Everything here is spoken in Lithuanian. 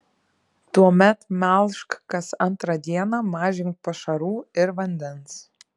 tuomet melžk kas antrą dieną mažink pašarų ir vandens